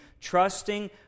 trusting